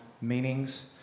meanings